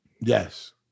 Yes